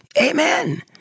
Amen